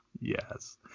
yes